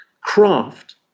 craft